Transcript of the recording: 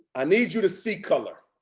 i need you to see color.